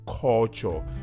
culture